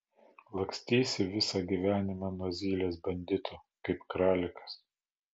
lakstysi visą gyvenimą nuo zylės banditų kaip kralikas